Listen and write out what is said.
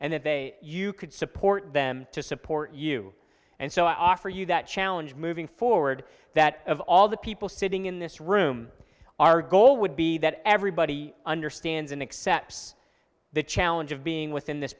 they you could support them to support you and so on for you that challenge moving forward that of all the people sitting in this room our goal would be that everybody understands and accepts the challenge of being within this